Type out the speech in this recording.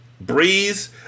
Breeze